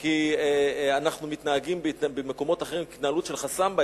כי אנחנו מתנהגים במקומות אחרים כהתנהלות של חסמב"ה.